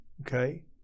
okay